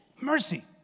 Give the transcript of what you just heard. Mercy